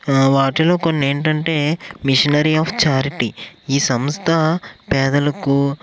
వాటిలో కొన్ని ఏంటంటే మిషనరీ ఆఫ్ చారిటీ ఈ సంస్థ పేదలకు